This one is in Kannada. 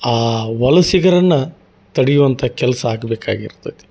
ಆ ವಲಸಿಗರನ್ನು ತಡಿಯುವಂಥ ಕೆಲಸ ಆಗ್ಬೇಕು ಆಗಿರ್ತತಿ